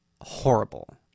horrible